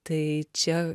tai čia